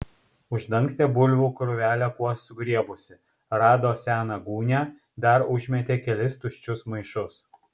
uždangstė bulvių krūvelę kuo sugriebusi rado seną gūnią dar užmetė kelis tuščius maišus